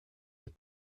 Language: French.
les